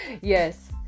yes